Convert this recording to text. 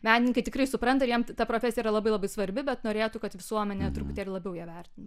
menininkai tikrai supranta ir jiem ta profesija yra labai labai svarbi bet norėtų kad visuomenė truputėlį labiau ją vertintų